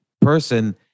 person